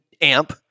amp